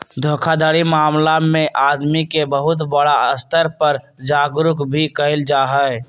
धोखाधड़ी मामला में आदमी के बहुत बड़ा स्तर पर जागरूक भी कइल जाहई